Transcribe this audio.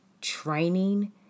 training